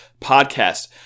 podcast